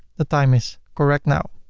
the time is correct now.